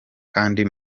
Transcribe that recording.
kandi